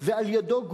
ועוד משפט אחד לסיום.